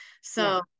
So-